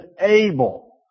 able